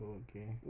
okay